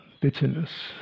bitterness